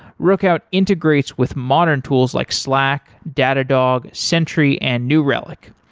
rookout integrates with modern tools like slack, datadog, sentry and new relic.